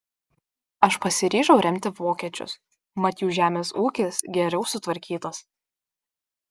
aš pasiryžau remti vokiečius mat jų žemės ūkis geriau sutvarkytas